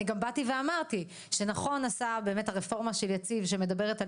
אני גם באתי ואמרתי שנכון עשה באמת הרפורמה של יציב שמדברת על